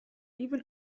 even